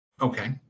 Okay